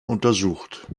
untersucht